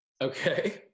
okay